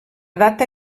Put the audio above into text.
data